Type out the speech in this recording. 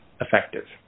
effective